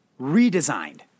redesigned